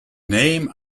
name